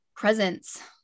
Presence